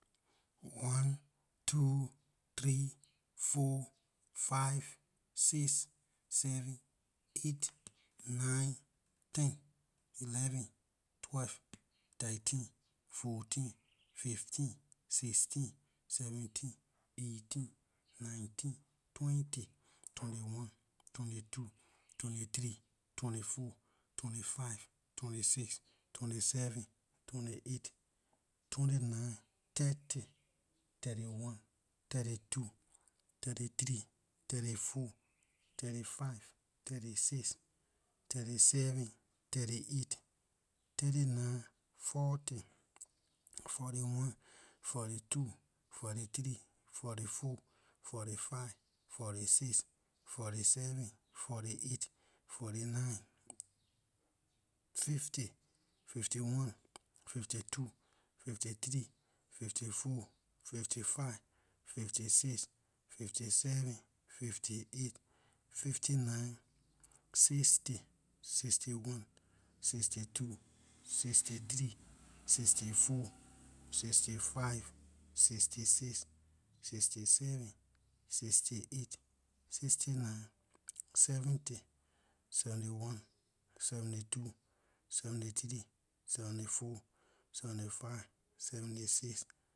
One two three four five six seven eight nine ten eleven twelve thirteen fourteen fifteen sixteen seventeen eighteen nineteen twenty, twenty-one, twenty-two, twenty-three, twenty-four, twenty-five, twenty-six, twenty-seven, twenty-eight, twenty-nine, thirty, thirty-one, thirty-two, thirty-three, thirty-four, thirty-five, thirty-six, thirty-seven, thirty-eight, thirty-nine, forty, forty-one, forty-two, forty-three, forty-four, forty-five, forty-six forty-seven, forty-eight, forty-nine, fifty, fifty-one, fifty-two, fifty-three, fifty-four, fifty-five, fifty-six, fifty-seven, fifty-eight, fifty-nine, sixty, sixty-one, sixty-two, sixty-three, sixty-four, sixty-five, sixty-six